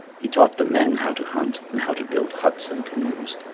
he taught the men how to hunt and how to build huts and canoes.